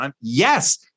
Yes